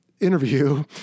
interview